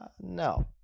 No